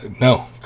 no